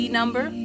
number